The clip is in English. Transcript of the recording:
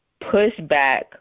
pushback